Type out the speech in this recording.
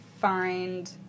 find